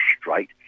straight